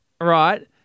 right